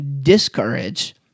discourage